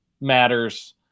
matters